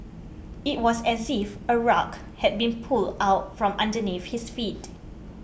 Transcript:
it was as if a rug had been pulled out from underneath his feet